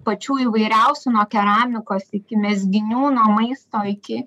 pačių įvairiausių nuo keramikos iki mezginių nuo maisto iki